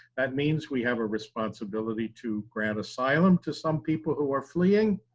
that means we have responsibility to grant asylum to some people who are fleeing.